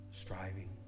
striving